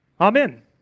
Amen